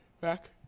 back